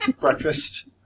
breakfast